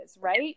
right